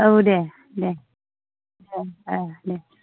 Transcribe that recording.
औ दे दे औ औ दे